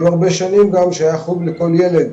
ניו הרבה שנים גם שהחוג לכל ילד